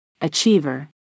Achiever